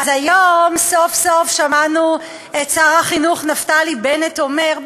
אז היום סוף-סוף שמענו את שר החינוך נפתלי בנט אומר,